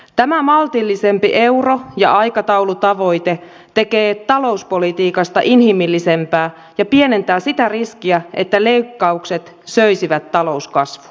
tämä maltillisempi euro ja aikataulutavoite tekee talouspolitiikasta inhimillisempää ja pienentää sitä riskiä että leikkaukset söisivät talouskasvua